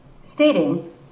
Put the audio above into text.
stating